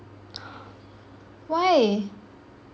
why